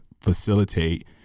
facilitate